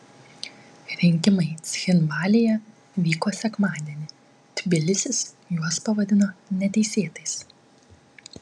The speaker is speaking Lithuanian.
rinkimai cchinvalyje vyko sekmadienį tbilisis juos pavadino neteisėtais